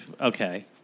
Okay